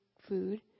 food